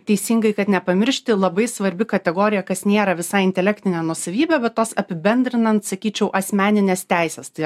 teisingai kad nepamiršti labai svarbi kategorija kas nėra visai intelektinė nuosavybė bet tos apibendrinant sakyčiau asmenines teises tai